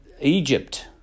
Egypt